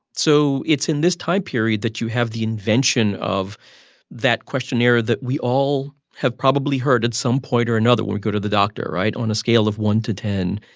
so it's in this time period that you have the invention of that questionnaire that we all have probably heard at some point or another when we go to the doctor, right? on a scale of one to ten,